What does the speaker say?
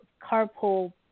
carpool